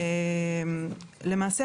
למעשה,